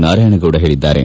ನಾರಾಯಣಗೌಡ ಹೇಳಿದ್ದಾರೆ